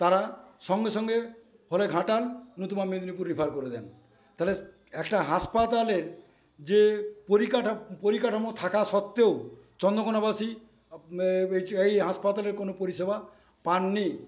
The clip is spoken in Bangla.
তারা সঙ্গে সঙ্গে হলে ঘাটাল নতুবা মেদিনীপুর রেফার করে দেন তাহলে একটা হাসপাতালের যে পরিকাঠামো পরিকাঠামো থাকা সত্ত্বেও চন্দ্রকোনাবাসী এই হাসপাতালে কোন পরিষেবা পান নি